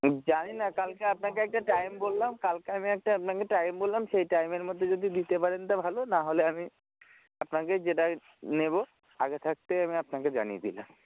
জানি না কালকে আপনাকে একটা টাইম বললাম কালকে আমি একটা আপনাকে টাইম বললাম সেই টাইমের মধ্যে যদি দিতে পারেন তা ভালো নাহলে আমি আপনাকে যেটা নেবো আগে থাকতে আমি আপনাকে জানিয়ে দিলাম